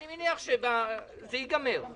אני מניח שזה ייגמר,